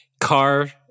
car